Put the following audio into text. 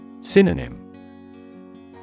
Synonym